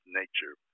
nature